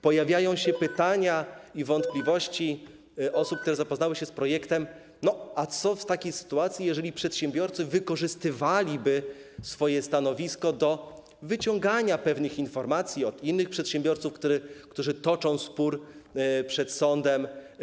Pojawiają się pytania i wątpliwości osób, które zapoznały się z projektem: a co w takiej sytuacji, jeżeli przedsiębiorcy wykorzystywaliby swoje stanowisko do wyciągania pewnych informacji od innych przedsiębiorców, którzy toczą spór przed sądem.